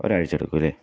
ഒരാഴ്ച്ച എടുക്കുമല്ലെ